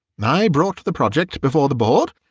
and i brought the project before the board,